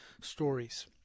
stories